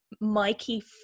Mikey